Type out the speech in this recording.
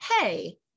Hey